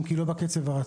אם כי לא בקצב הרצוי,